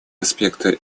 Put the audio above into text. аспекты